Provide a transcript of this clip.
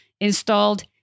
installed